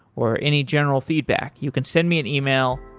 or any general feedback. you can send me an email,